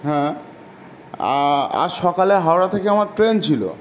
হ্যাঁ আর সকালে হাওড়া থেকে আমার ট্রেন ছিলো